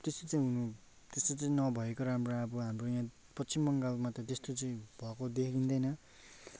त्यस्तो चाहिँ हुनु त्यस्तो चाहिँ नभएको राम्रो अब हाम्रो यहाँ पश्चिंम बङ्गालमा त त्यस्तो चाहिँ भएको देखिँदैन